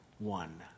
one